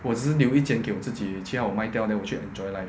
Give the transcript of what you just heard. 我只是留一件给我自己而已其他的我卖掉 then 我去 enjoy life